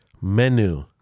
menu